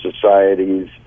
societies